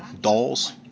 dolls